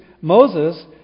Moses